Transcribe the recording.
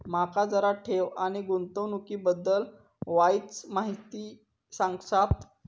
माका जरा ठेव आणि गुंतवणूकी बद्दल वायचं माहिती सांगशात?